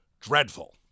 Dreadful